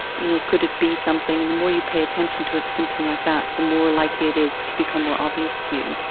you know could it be something? and the more you pay attention to a symptom like that, the more likely it is to become more obvious to you.